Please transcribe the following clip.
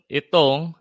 itong